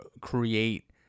create